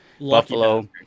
Buffalo